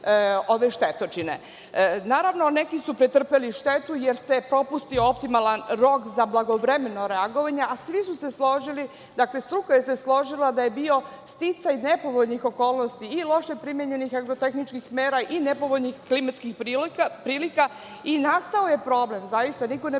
ove štetočine. Naravno, neki su pretrpeli štetu, jer se propustio optimalan rok za blagovremeno reagovanje, a svi su se složili, dakle struka se složila, da je bio sticaj nepovoljnih okolnosti i loše primenjenih agrotehničkih mera i nepovoljnih klimatskih prilika i nastao je problem, zaista. Niko ne